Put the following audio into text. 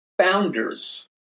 founders